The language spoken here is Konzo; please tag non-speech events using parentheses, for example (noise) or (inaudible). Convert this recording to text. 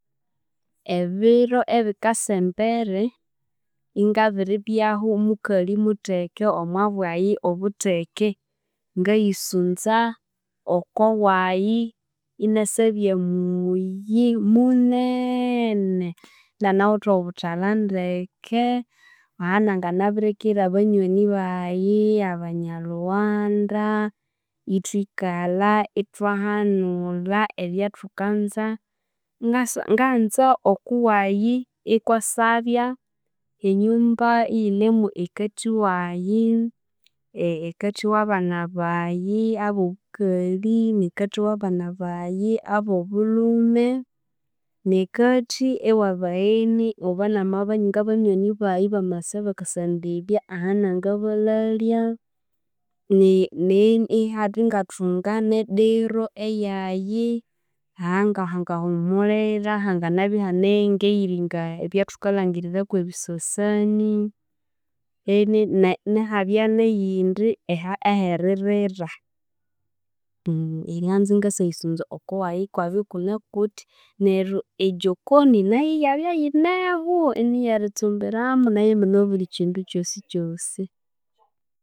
Ebiro ebikasa embere ingabiribyaho mukali mutheke omo bwayi obutheke, ngayisunza oko wayi inasyabya muyi muneene inganawithe obuthalha ndeke ahananganabirikira abanywani bayi, abanyalughanda, ithwikalha ithwahanulha ebyathukanza ngasa nganza oku wayi ikwasabya enyumba iyinemo ekathi wayi, e ekathi w'abana bayi abw'obukali, n'ekathi w'abana bayi obw'obulhume, n'ekathi ew'abagheni obo n'ama ng'abanywani bayi bamasa bakasyandebya ahanangabalalya, ne- ne ihabya ingathunga n'ediro eyayi ahangangahumulira ahanganabya ihane ng'eyiringa ahathukalhangirira kw'ebisasani then ne ihabya n'eyindi aha aheririra, (hesitation) nganza ingasyayisunza okuwayi ikwabya ikune kuthya neryo ejokoni nayo iyabya iyineho iniy'eritsumbiramo nayo imune obuli kindu ekyosi kyosi.